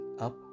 up